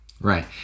Right